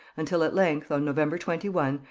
until at length, on november twenty one,